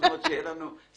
תנו לי להבין.